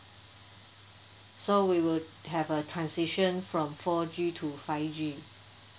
so we will have a transition from four G five G